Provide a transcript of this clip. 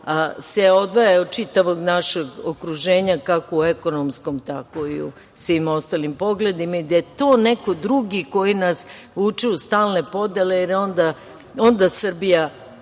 se odvaja od čitavog našeg okruženja, kako u ekonomskom, tako i u svim ostalim pogledima i da je to neko drugi koji nas uči na stalne podele i onda je Srbija